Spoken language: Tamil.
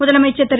முதலமைச்சர் திரு